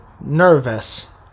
nervous